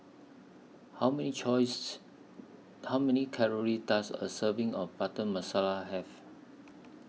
How Many Choice How Many Calories Does A Serving of Butter Masala Have